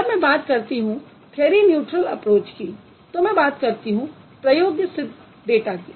जब मैं बात करती हूँ थ्यरी न्यूट्रल ऐप्रोच की तो मैं बात करती हूँ प्रयोगसिद्ध डाटा की